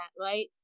right